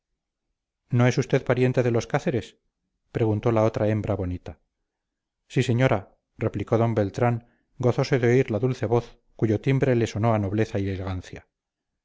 no es usted pariente de los cárceres preguntó la otra hembra bonita sí señora replicó d beltrán gozoso de oír la dulce voz cuyo timbre le sonó a nobleza y elegancia